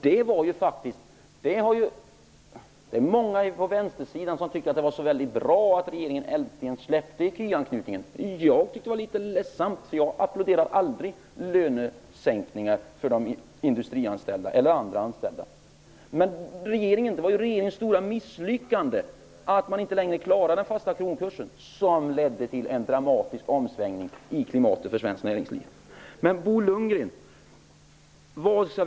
Det var många på vänstersidan som tyckte det var så väldigt bra att regeringen äntligen släppte ecu-anslutningen. Jag tyckte att det var litet ledsamt. Jag applåderar aldrig lönesänkningar för de industrianställda eller andra anställda. Det var regeringens stora misslyckande, att man inte längre klarade den fasta kronkursen, som ledde till en dramatisk omsvängning i klimatet för svenskt näringsliv. Lundgren?